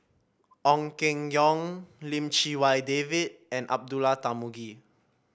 Ong Keng Yong Lim Chee Wai David and Abdullah Tarmugi